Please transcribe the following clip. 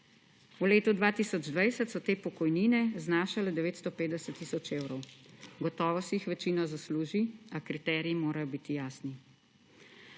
V letu 2020 so te pokojnine znašale 950 tisoč evrov, gotovo si jih večina zasluži, a kriteriji morajo biti jasni.